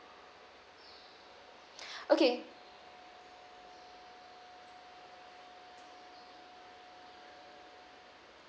okay